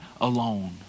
alone